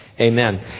Amen